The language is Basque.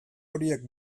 horiek